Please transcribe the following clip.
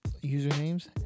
Username's